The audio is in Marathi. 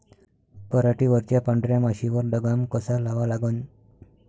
पराटीवरच्या पांढऱ्या माशीवर लगाम कसा लावा लागन?